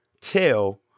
tell